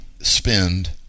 spend